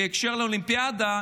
בהקשר של האולימפיאדה,